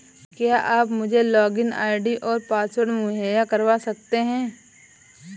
क्या आप मुझे लॉगिन आई.डी और पासवर्ड मुहैय्या करवा सकते हैं?